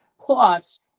Plus